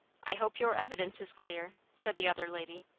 i hope your evidence is clear, said the other lady.